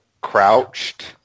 crouched